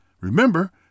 Remember